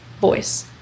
voice